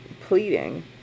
pleading